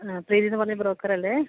ആ പ്രീതീന്ന് പറഞ്ഞ ബ്രോക്കറല്ലേ